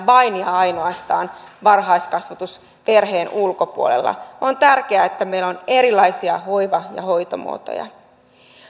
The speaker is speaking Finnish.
vain ja ainoastaan varhaiskasvatus perheen ulkopuolella on tärkeää että meillä on erilaisia hoiva ja hoitomuotoja yksi